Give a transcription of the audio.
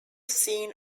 seen